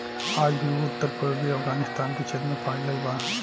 आज भी इ उत्तर पूर्वी अफगानिस्तान के क्षेत्र में फइलल बा